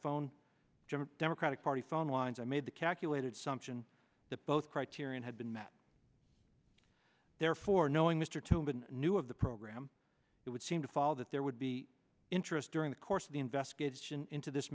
phone democratic party phone lines i made the calculated sumption that both criterion had been met therefore knowing mr toobin knew of the program it would seem to follow that there would be interest during the course of the investigation into this